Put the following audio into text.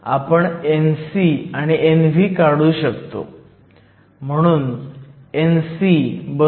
आपण Nc आणि Nv काढू शकतो